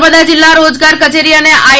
નર્મદા જિલ્લા રોજગાર કચેરી અને આઇ